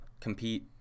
compete